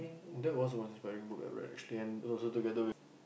that was the most inspiring book I read actually and also together with